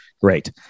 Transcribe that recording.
great